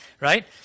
Right